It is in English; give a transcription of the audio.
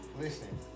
Listen